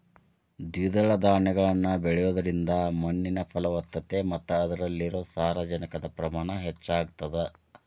ದ್ವಿದಳ ಧಾನ್ಯಗಳನ್ನ ಬೆಳಿಯೋದ್ರಿಂದ ಮಣ್ಣಿನ ಫಲವತ್ತತೆ ಮತ್ತ ಅದ್ರಲ್ಲಿರೋ ಸಾರಜನಕದ ಪ್ರಮಾಣ ಹೆಚ್ಚಾಗತದ